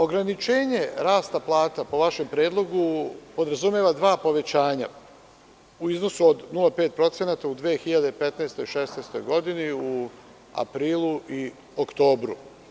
Ograničenje rasta plata po vašem predlogu podrazumeva dva povećanja, u iznosu od 0,5% u 2015. i 2016. godini, u aprilu i oktobru.